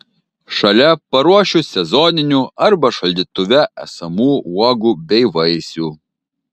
šalia paruošiu sezoninių arba šaldytuve esamų uogų bei vaisių